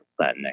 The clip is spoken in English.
Latinx